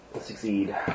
Succeed